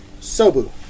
Sobu